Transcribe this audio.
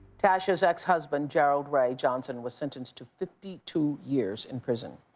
tascha's ex-husband gerald ray johnson was sentenced to fifty two years in prison.